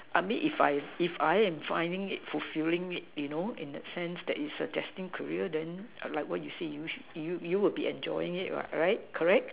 I mean if I if I am finding it fulfilling it you know in a sense that is a destined career then err like what you say you should you would be enjoying it [what] right correct